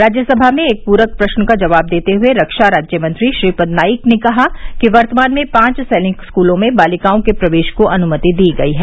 राज्यसभा में एक पूरक प्रश्न का जवाब देते हुए रक्षा राज्यमंत्री श्रीपद नाइक ने कहा कि वर्तमान में पांच सैनिक स्कूलों में बालिकाओं के प्रवेश को अनुमति दी गई है